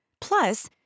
Plus